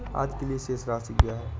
आज के लिए शेष राशि क्या है?